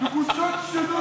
תקוצץ ידה.